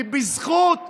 כי בזכות רע"מ,